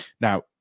Now